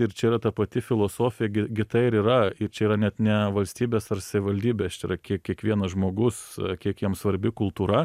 ir čia yra ta pati filosofija gi gi tai ir yra ir čia yra net ne valstybės ar savivaldybės čia yra kie kiekvienas žmogus kiek jam svarbi kultūra